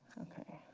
okay,